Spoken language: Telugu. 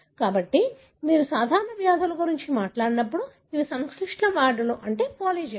కాబట్టి మీరు సాధారణ వ్యాధుల గురించి మాట్లాడినప్పుడు ఇవి సంక్లిష్ట వ్యాధులు అంటే పాలిజెనిక్